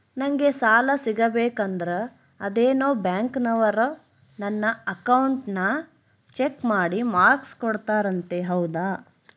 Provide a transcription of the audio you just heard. ನಂಗೆ ಸಾಲ ಸಿಗಬೇಕಂದರ ಅದೇನೋ ಬ್ಯಾಂಕನವರು ನನ್ನ ಅಕೌಂಟನ್ನ ಚೆಕ್ ಮಾಡಿ ಮಾರ್ಕ್ಸ್ ಕೊಡ್ತಾರಂತೆ ಹೌದಾ?